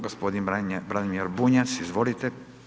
Gospodin Branimir Bunjac, izvolite.